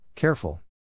Careful